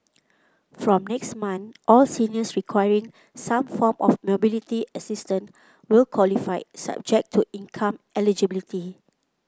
from next month all seniors requiring some form of mobility assistance will qualify subject to income eligibility